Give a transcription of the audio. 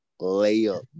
layup